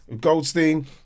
Goldstein